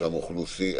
מרשם אוכלוסין?